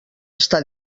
està